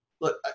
look